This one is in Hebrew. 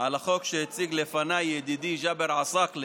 על החוק שהציג לפניי ידידי ג'אבר עסאקלה